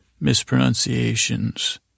mispronunciations